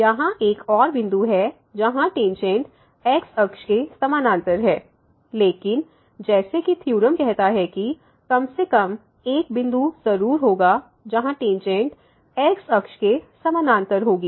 और यहां एक और बिंदु है जहां टेंजेंट x अक्ष के समानांतर है लेकिन जैसे कि थ्योरम कहता है कि कम से कम एक बिंदु जरूर होगा जहाँ टेंजेंट x अक्ष के समानांतर होगी